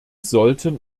sollten